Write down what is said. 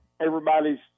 everybody's –